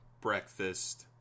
breakfast